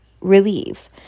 relieve